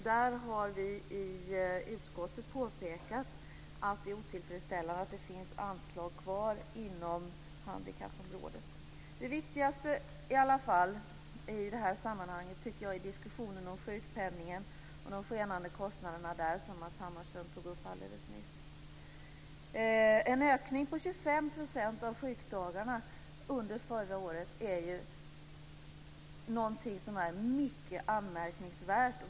Där har vi i utskottet påpekat att det är otillfredsställande att det finns anslag kvar inom handikappområdet. Det viktigaste i det här sammanhanget tycker jag är diskussionen om sjukpenningen och de skenande kostnaderna där, som Matz Hammarström tog upp alldeles nyss. En ökning av antalet sjukdagar med 25 % under förra året är mycket anmärkningsvärt.